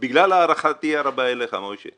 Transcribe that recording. בגלל הערכתי הרבה אליך משה,